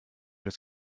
das